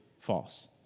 false